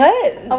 what